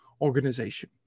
organization